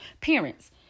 parents